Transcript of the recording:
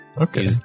Okay